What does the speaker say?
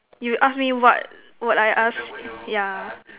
you ask me what what I ask yeah